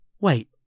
wait